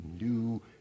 new